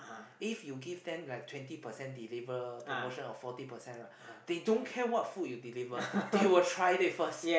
if you give them like twenty percent deliver promotion or forty percent right they don't care what food you deliver they will try it first